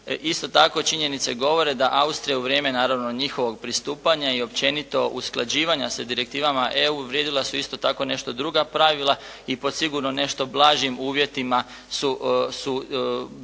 Isto tako, činjenice govore da Austrija u vrijeme naravno njihovog pristupanja i općenito usklađivanja sa direktivama EU vrijedila su isto tako nešto druga pravila i pod sigurno nešto blažim uvjetima su